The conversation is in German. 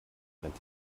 brennt